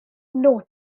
note